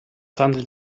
handelt